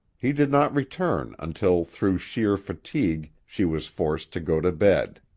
he did not return until through sheer fatigue she was forced to go to bed.